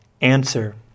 Answer